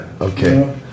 Okay